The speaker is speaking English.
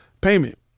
payment